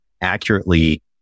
accurately